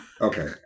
okay